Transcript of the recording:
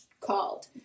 called